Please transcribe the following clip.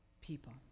people